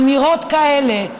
אמירות כאלה,